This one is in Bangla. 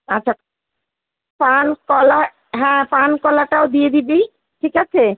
আচ্ছা পান কলা হ্যাঁ পান কলাটাও দিয়ে দিবি ঠিক আছে